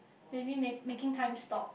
maybe making time stop